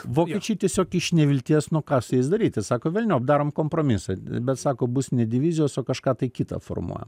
vokiečiai tiesiog iš nevilties nu ką su jais daryti sako velniop darom kompromisą bet sako bus ne divizijos o kažką tai kitą formuojam